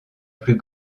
plus